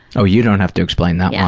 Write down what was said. oh, you don't have to explain that yeah